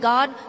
God